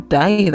day